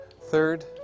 Third